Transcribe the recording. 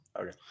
Okay